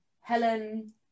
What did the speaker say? Helen